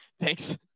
Thanks